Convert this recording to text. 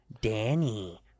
Danny